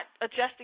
adjusting